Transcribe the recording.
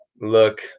look